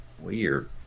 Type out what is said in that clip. Weird